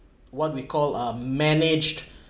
what we call uh managed